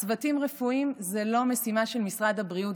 צוותים רפואיים זו לא משימה של משרד הבריאות,